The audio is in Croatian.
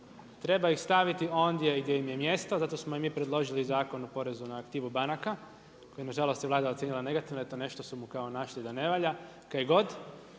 treba ih staviti ondje gdje im je mjesto, zato smo mi preložili Zakon o porezu na aktivnu banaka, koji nažalost, Vlada je ocijenila negativno, jer to nešto su mu kao našli da ne valja. Kaj god.